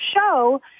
show